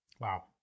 Wow